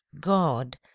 God